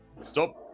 stop